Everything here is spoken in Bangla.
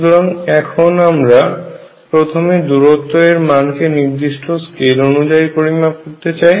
সুতরাং এখন আমরা প্রথমে দূরত্ব এর মান কে নির্দিষ্ট স্কেল অনুযায়ী পরিমাপ করতে চাই